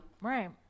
Right